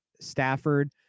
Stafford